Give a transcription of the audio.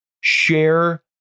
share